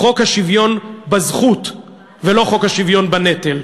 חוק השוויון בזכות ולא חוק השוויון בנטל.